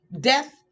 Death